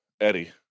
eddie